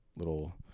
Little